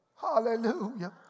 Hallelujah